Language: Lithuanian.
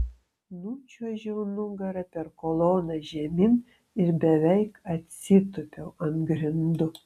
nučiuožiau nugara per koloną žemyn ir beveik atsitūpiau ant grindų